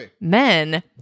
men